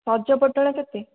ସଜ ପୋଟଳ କେତେ